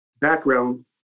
background